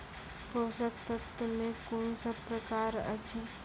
पोसक तत्व मे कून सब प्रकार अछि?